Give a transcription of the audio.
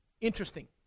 interesting